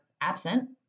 absent